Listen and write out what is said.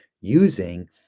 using